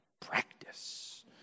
practice